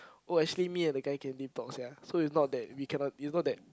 oh actually me and the guy can detox sia so it's not that we cannot it's not that